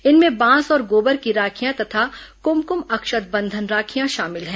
इनमें बांस और गोबर की राखियां तथा कुमकुम अक्षत बंधन राखियां शामिल हैं